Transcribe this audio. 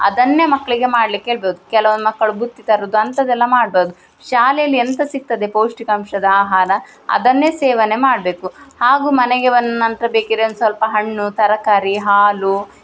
ಅದನ್ನೇ ಮಕ್ಕಳಿಗೆ ಮಾಡ್ಲಿಕ್ಕೆ ಹೇಳ್ಬೇಕ್ ಕೆಲವೊಮ್ಮೆ ಮಕ್ಕಳು ಬುತ್ತಿ ತರುವುದು ಅಂಥದ್ದೆಲ್ಲ ಮಾಡಬಾರ್ದು ಶಾಲೆಯಲ್ಲಿ ಎಂತ ಸಿಗ್ತದೆ ಪೌಷ್ಟಿಕಾಂಶದ ಆಹಾರ ಅದನ್ನೇ ಸೇವನೆ ಮಾಡಬೇಕು ಹಾಗೂ ಮನೆಗೆ ಬಂದ ನಂತರ ಬೇಕಿದ್ರೆ ಒಂದು ಸ್ವಲ್ಪ ಹಣ್ಣು ತರಕಾರಿ ಹಾಲು